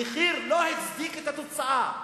המחיר לא הצדיק את התוצאה.